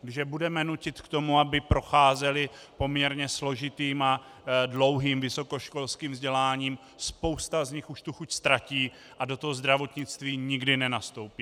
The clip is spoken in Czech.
Když je budeme nutit k tomu, aby procházeli poměrně složitým a dlouhým vysokoškolským vzděláním, spousta z nich už tu chuť ztratí a do zdravotnictví nikdy nenastoupí.